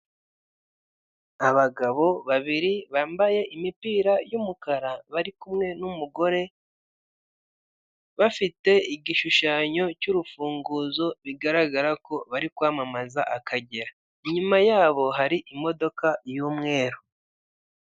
Abagabo babiri bambaye imipira yumukara ,bari kumwe numugore bafite igishushanyo cyurufunguzo bigaragara ko bari kwamamaza akagera, nyuma yabo hari imodoka yumweru.